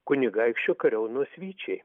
kunigaikščių kariaunos vyčiai